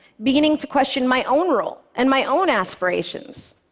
beginning to question my own role and my own aspirations.